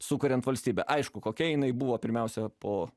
sukuriant valstybę aišku kokia jinai buvo pirmiausia po